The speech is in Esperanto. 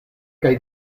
kaj